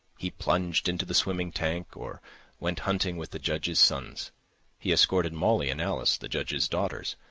he plunged into the swimming tank or went hunting with the judge's sons he escorted mollie and alice, the judge's daughters,